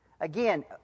Again